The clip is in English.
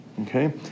okay